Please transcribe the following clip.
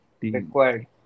required